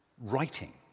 Writing